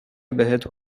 بهت